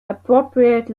appropriate